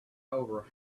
over